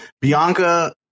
Bianca